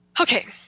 Okay